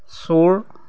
চোৰ